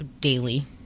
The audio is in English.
daily